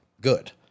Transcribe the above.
good